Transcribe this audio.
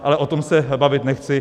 Ale o tom se bavit nechci.